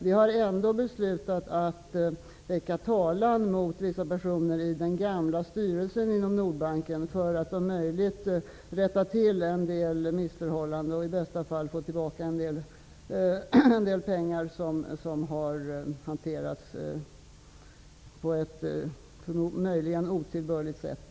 Vi har ändå beslutat att väcka talan mot vissa personer i den gamla styrelsen inom Nordbanken för att om möjligt rätta till en del missförhållanden och i bästa fall få tillbaka en del pengar som där har hanterats på ett möjligen otillbörligt sätt.